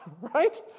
right